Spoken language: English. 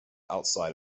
outside